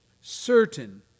certain